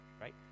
right